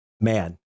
man